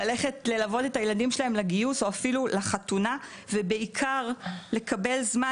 ללוות את הילדים שלהן לגיוס או אפילו לחתונה ובעיקר לקבל זמן